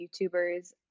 YouTubers